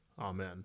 amen